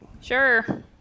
Sure